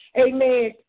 Amen